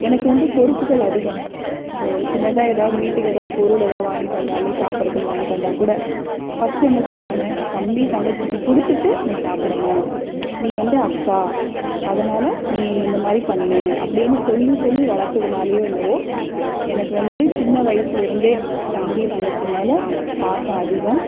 எனக்கு வந்து பொறுப்புகள் அதிகம் இப்போ ஒரு சின்னதாக ஏதாவது வீட்டுக்கு ஏதாவது பொருள் ஏதாவது வாங்கிட்டு வந்தால் சாப்பிட்றதுக்கு வாங்கிட்டு வந்தால்கூட ஃபஸ்டு என்ன சொல்வாங்க தம்பி தங்கச்சிக்கு கொடுத்துட்டு நீ சாப்பிடணும் நீ வந்து அக்கா அதனால் நீ இந்தமாதிரி பண்ணு அப்படினு சொல்லி சொல்லி வளர்த்துனாலயோ என்னவோ எனக்கு வந்து சின்ன வயசில் இருந்தே தம்பி தங்கச்சி மேல் பாசம் அதிகம்